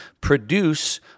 produce